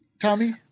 Tommy